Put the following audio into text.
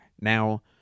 Now